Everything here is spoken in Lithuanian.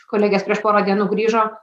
kolegės prieš porą dienų grįžo